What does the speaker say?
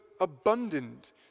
abundant